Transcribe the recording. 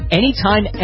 anytime